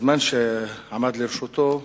בזמן שעמד לרשותו,